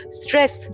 stress